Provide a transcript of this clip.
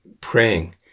praying